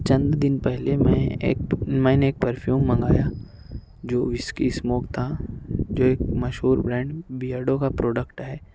چند دن پہلے میں ایک میں نے ایک پرفیوم منگایا جو وسکی اسموک تھا جو ایک مشہور برانڈ بیئرڈو کا پروڈکٹ ہے